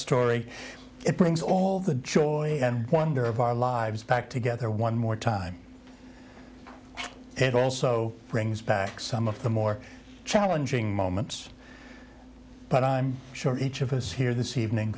story it brings all the joy and wonder of our lives back together one more time it also brings back some of the more challenging moments but i'm sure each of us here this evening